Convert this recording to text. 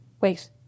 wait